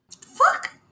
Fuck